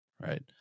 Right